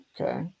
Okay